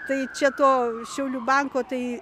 tai čia to šiaulių banko tai